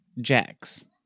jacks